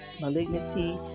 malignity